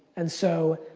and so,